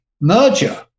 merger